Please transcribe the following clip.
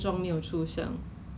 很 limited 而已